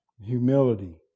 humility